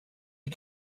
you